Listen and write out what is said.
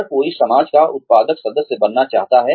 हर कोई समाज का उत्पादक सदस्य बनना चाहता है